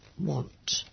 want